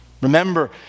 Remember